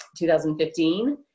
2015